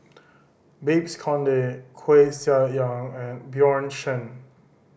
Babes Conde Koeh Sia Yong and Bjorn Shen